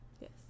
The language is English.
Yes